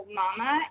mama